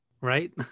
right